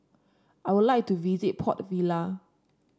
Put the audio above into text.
I would like to visit Port Vila